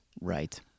Right